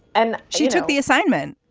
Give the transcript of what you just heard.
and she took the assignment,